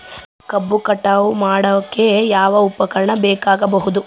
ಕಬ್ಬು ಕಟಾವು ಮಾಡೋಕೆ ಯಾವ ಉಪಕರಣ ಬೇಕಾಗಬಹುದು?